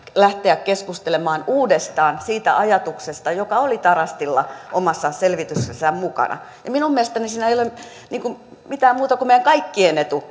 lähteä keskustelemaan uudestaan siitä ajatuksesta joka oli tarastilla omassa selvityksessään mukana minun mielestäni siinä ei ole mitään muuta kuin meidän kaikkien etu